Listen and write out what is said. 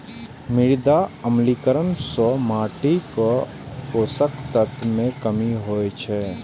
मृदा अम्लीकरण सं माटिक पोषक तत्व मे कमी होइ छै